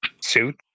suit